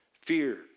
Fear